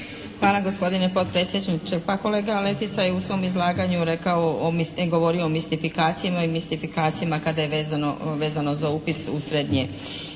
Hvala gospodine potpredsjedniče. Pa kolega Letica je u svom izlaganju rekao, govorio o mistifikacijama i mistifikacijama kada je vezano za upis u srednje